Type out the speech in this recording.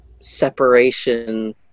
separation